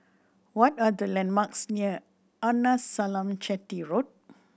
what are the landmarks near Arnasalam Chetty Road